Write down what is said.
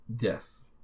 Yes